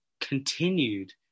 continued